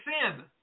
sin